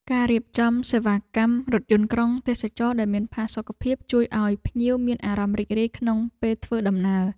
ការរៀបចំសេវាកម្មរថយន្តក្រុងទេសចរណ៍ដែលមានផាសុកភាព ជួយឱ្យភ្ញៀវមានអារម្មណ៍រីករាយក្នុងពេលធ្វើដំណើរ។